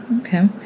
Okay